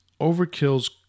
Overkill's